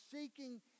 seeking